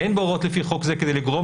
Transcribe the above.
"אין בהוראות לפי חוק זה כדי לגרוע